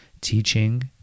teaching